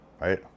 right